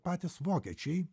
patys vokiečiai